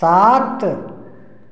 सात